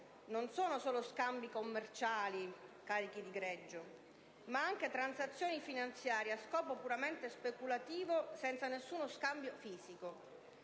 non sono solo scambi commerciali (carichi di greggio), ma anche transazioni finanziarie a scopo puramente speculativo senza nessuno scambio fisico.